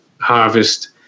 harvest